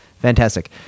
Fantastic